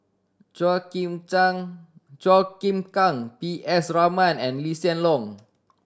Chua Chim Chua Chim Kang P S Raman and Lee Hsien Loong